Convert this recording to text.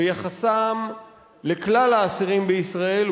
ביחסם לכלל האסירים בישראל,